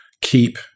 keep